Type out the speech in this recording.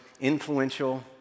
influential